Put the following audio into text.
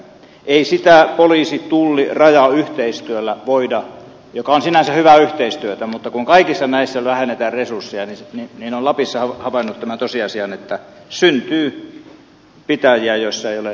ei sitä poliisitulliraja yhteistyöllä voida tehdä joka on sinänsä hyvää yhteistyötä mutta kun kaikissa näissä vähennetään resursseja niin olen lapissa havainnut tämän tosiasian että syntyy pitäjiä joissa ei ole yhtään poliisia